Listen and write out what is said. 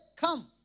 come